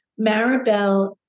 maribel